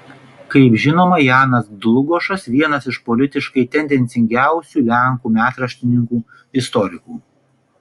kaip žinoma janas dlugošas vienas iš politiškai tendencingiausių lenkų metraštininkų istorikų